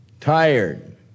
Tired